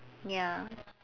ya